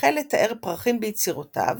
החל לתאר פרחים ביצירותיו